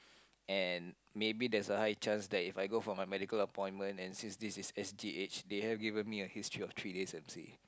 and maybe there's a high chance that if I go for my medical appointment and since this is S_G_H they have given me a history of three days M_C